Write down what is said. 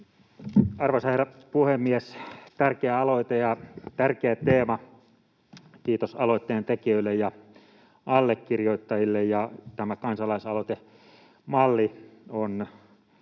Arvoisa herra puhemies! Tärkeä aloite ja tärkeä teema — kiitos aloitteen tekijöille ja allekirjoittajille. Tämä kansalaisaloitemalli on